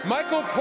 Michael